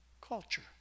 culture